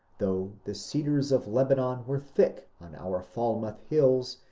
though the cedars of lebanon were thick on our falmouth hills,